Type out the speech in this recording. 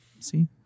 See